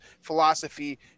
philosophy